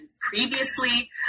previously